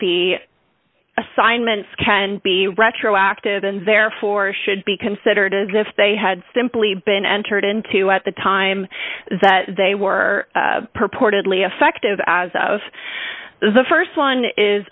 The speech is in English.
the assignments can be retroactive and therefore should be considered as if they had simply been entered into at the time that they were purportedly effective as of the st one is